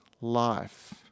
life